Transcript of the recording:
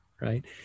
Right